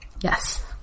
Yes